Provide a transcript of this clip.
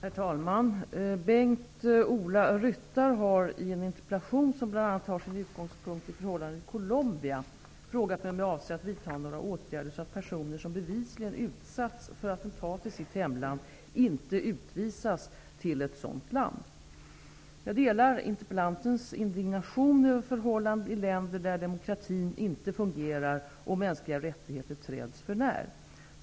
Herr talman! Bengt-Ola Ryttar har i en interpellation som bl.a. har sin utgångspunkt i förhållandena i Colombia frågat mig om jag avser att vidta några åtgärder så att personer som bevisligen utsatts för attentat i sitt hemland inte utvisas till ett sådant land. Jag delar interpellantens indignation över förhållanden i länder där demokratin inte fungerar och mänskliga rättigheter träds förnär.